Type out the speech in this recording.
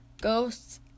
ghosts